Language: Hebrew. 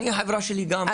החברה שלי גם,